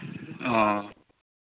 ᱚ